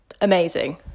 amazing